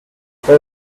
pas